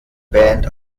band